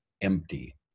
empty